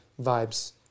vibes